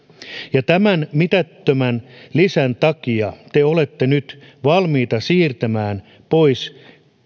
ja tämän mitättömän lisän takia te olette nyt valmiita siirtämään pois